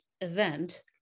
event